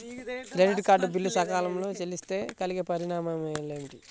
Credit card bill సకాలంలో చెల్లిస్తే కలిగే పరిణామాలేమిటి?